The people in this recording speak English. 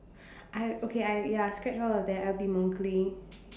I okay I ya scrap all of that I'll be Mowgli